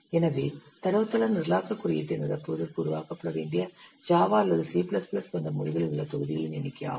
எனவே தரவுத்தள நிரலாக்கக் குறியீட்டை நிரப்புவதற்கு உருவாக்கப்பட வேண்டிய ஜாவா அல்லது சி பிளஸ் பிளஸ் C போன்ற மொழிகளில் உள்ள தொகுதிகளின் எண்ணிக்கை ஆகும்